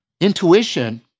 intuition